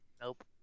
Nope